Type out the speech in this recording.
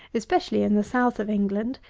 especially in the south of england,